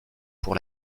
pour